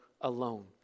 alone